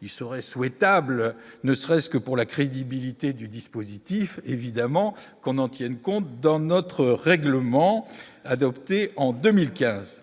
il serait souhaitable, ne serait-ce que pour la crédibilité du dispositif, évidemment qu'on en tienne compte dans notre règlement adopté en 2015,